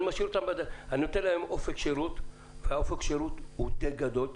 אני נותן להם אופק שירות די גדול,